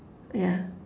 yeah